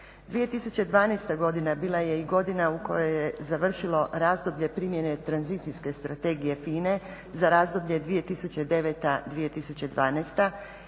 2012. godina bila je i godina u kojoj je završilo razdoblje primjene tranzicijske strategije FINA-e za razdoblje 2009.-2012. čijom